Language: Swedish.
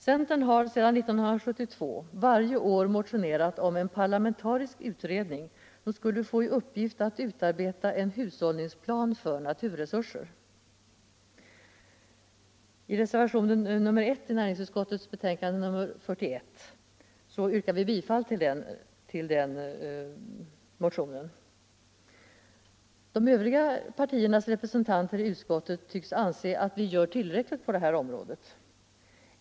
Centern har sedan 1972 varje år motionerat om en parlamentarisk utredning, som skulle få i uppgift att utarbeta en hushållningsplan för naturresurser. I reservationen 1 till näringsutskottets betänkande nr 41 yrkar vi bifall till den motionen. De övriga partiernas representanter i utskottet tycks anse att det i vårt land redan görs tillräckligt på detta område.